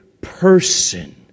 person